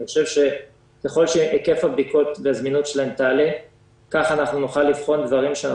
ככל שהיקף הבדיקות והזמינות שלהן תעלה כך נוכל לבחון דברים.